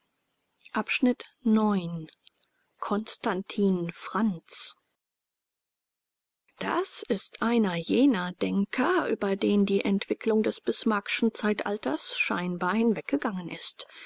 constantin frantz das ist einer jener denker über den die entwicklung des bismarckschen zeitalters scheinbar hinweggegangen ist